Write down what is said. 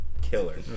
Killer